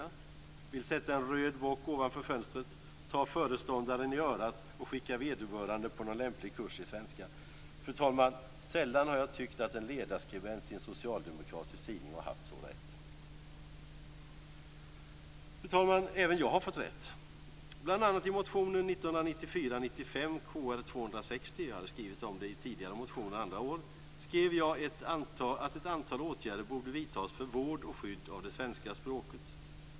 Han vill sätta en röd bock ovanför fönstret, ta föreståndaren i örat och skicka vederbörande på någon lämplig kurs i svenska. Fru talman! Sällan har jag tyckt att en ledarskribent i en socialdemokratisk tidning har haft så rätt! Fru talman! Även jag har fått rätt. Bl.a. i motionen 1994/95:Kr260 - jag hade också skrivit om detta i tidigare motioner andra år - skrev jag att ett antal åtgärder borde vidtas för vård och skydd av det svenska språket.